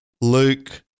Luke